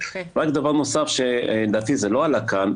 דבר נוסף שלדעתי לא עלה כאן,